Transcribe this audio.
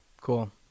Cool